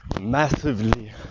massively